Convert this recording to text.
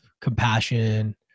compassion